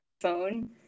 phone